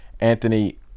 anthony